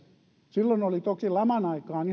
silloin laman aikaan